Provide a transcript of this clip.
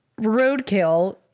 roadkill